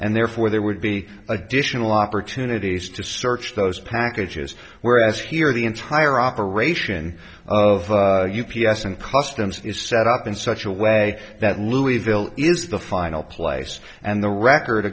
and therefore there would be additional opportunities to search those packages whereas here the entire operation of u p s and customs is set up in such a way that louisville is the final place and the record